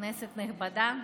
כנסת נכבדה,